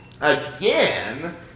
again